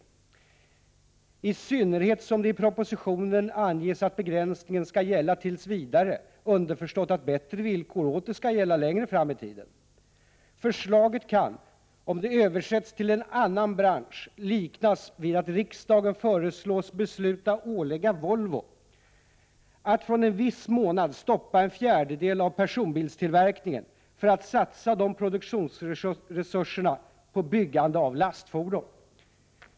I synnerhet som det i propositionen anges att begräns ningen ska gälla ”tills vidare”, underförstått att bättre villkor åter ska gälla längre fram i tiden. Förslaget kan — om det översätts till en annan bransch — liknas vid att riksdagen föreslås besluta ålägga Volvo att från viss månad stoppa en fjärdedel av personbilstillverkningen för att satsa de produktionsresurserna på byggande av lastfordon.